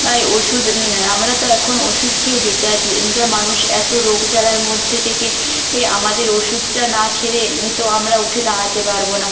তাই ওষুধ আমরা তো এখন ওষুধ খেয়েই বেঁচে আছি যা মানুষ এত রোগ জ্বালার মধ্যে থেকে এ আমাদের ওষুধটা না খেলে তো আমরা উঠে দাঁড়াতে পারবো না